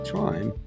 time